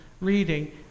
reading